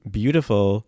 beautiful